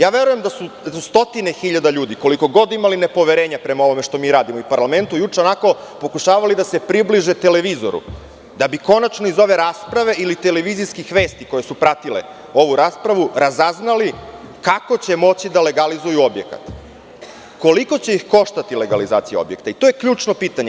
Ja verujem da su stotine hiljada ljudi koliko god imali nepoverenja prema ovome što mi radimo i parlamentu juče, onako pokušavali da se približe televizoru da bi konačno iz ove rasprave, ili televizijskih vesti koje su pratile ovu raspravu, razaznali kako će moći da legalizuju objekat, koliko će ih koštati legalizacija objekta i to je ključno pitanje.